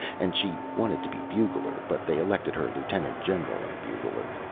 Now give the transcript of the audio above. and she wanted to be bugler, but they elected her lieutenant-general and bugler.